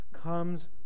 comes